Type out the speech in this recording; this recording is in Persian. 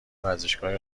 ورزشگاه